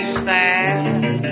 sad